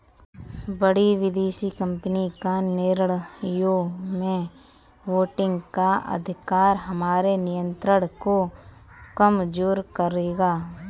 बड़ी विदेशी कंपनी का निर्णयों में वोटिंग का अधिकार हमारे नियंत्रण को कमजोर करेगा